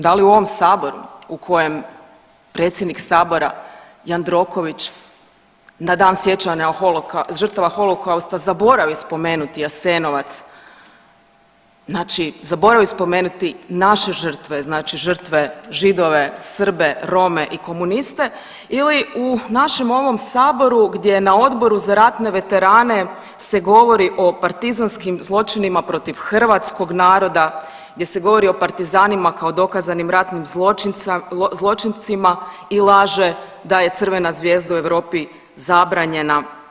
Da li u ovom saboru u kojem predsjednik sabora Jandroković na Dan sjećanja žrtava Holokausta zaboravi spomenuti Jasenovac, znači zaboravi spomenuti naše žrtve, znači žrtve Židove, Srbe, Rome i komuniste ili u našem ovom saboru gdje na Odboru za ratne veterane se govori o partizanskim zločinima protiv hrvatskog naroda, gdje se govori o partizanima kao dokazanim ratnim zločincima i laže da je crvena zvijezda u Europi zabranjena.